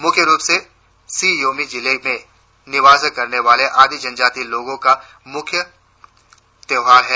मुख्य रुप से शी ओमी जिले में निवास करने वाले आदी जनजाति लोगों का यह प्रमुख त्योहार है